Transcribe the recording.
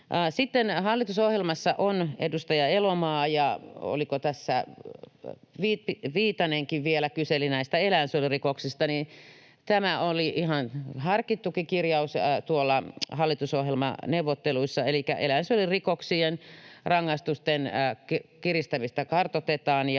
Elomaa — ja oliko tässä Viitanenkin — vielä kyseli näistä eläinsuojelurikoksista. Tämä oli ihan harkittukin kirjaus tuolla hallitusohjelmaneuvotteluissa, elikkä eläinsuojelurikoksien rangaistusten kiristämistä ja